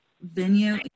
venue